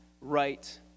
right